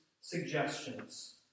suggestions